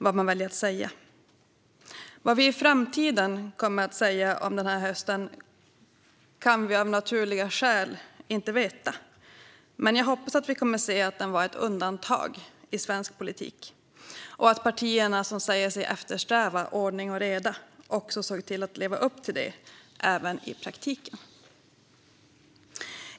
Vad vi i framtiden kommer att säga om den här hösten kan vi av naturliga skäl inte veta, men jag hoppas att vi kommer att se att den var ett undantag i svensk politik och att de partier som säger sig eftersträva ordning och reda även såg till att leva upp till det i praktiken.